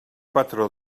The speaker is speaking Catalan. patró